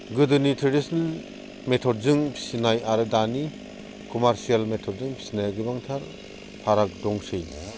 गोदोनि ट्रेडिसनेल मेथडजों फिसिनाय आरो दानि कमार्सियेल मेथडजों फिसिनाया गोबांथार फाराग दंसै